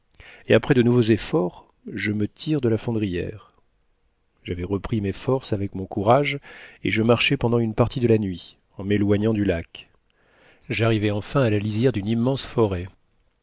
et après de nouveaux efforts je me tire de la fondrière j'avais repris mes forces avec mon courage et je marchai pendant une partie de la nuit en m'éloignant du lac j'arrivai enfin à la lisière d'une immense forêt